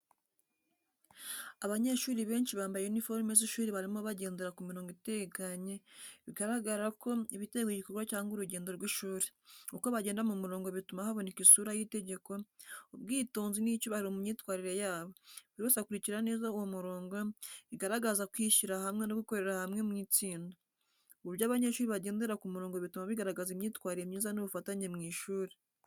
Abanyeshuri benshi bambaye uniforme z’ishuri barimo bagendera ku mirongo itegekanye, bigaragara ko biteguye igikorwa cyangwa urugendo rw’ishuri. Uko bagenda mu murongo bituma haboneka isura y’itegeko, ubwitonzi n’icyubahiro mu myitwarire yabo. Buri wese akurikiza neza uwo murongo, bigaragaza kwishyira hamwe no gukorera hamwe mu itsinda. Uburyo abanyeshuri bagendera ku murongo bituma bigaragaza imyitwarire myiza n’ubufatanye mu ishuri.